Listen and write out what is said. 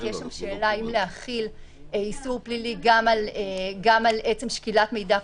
כי יש שם שאלה האם להחיל איסור פלילי גם על עצם שקילת מידע פלילי,